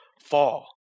fall